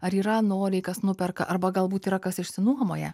ar yra noriai kas nuperka arba galbūt yra kas išsinuomoja